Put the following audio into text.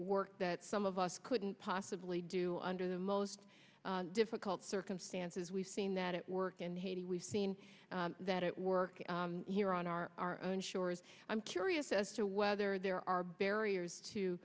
work that some of us couldn't possibly do under the most difficult circumstances we've seen that it work in haiti we've seen that it work here on our own shores i'm curious as to whether there are barriers to